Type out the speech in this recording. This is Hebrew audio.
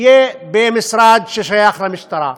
יהיה במשרד ששייך למשטרה.